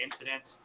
incidents